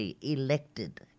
elected